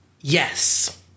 Yes